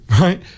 right